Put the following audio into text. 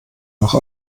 noch